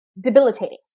debilitating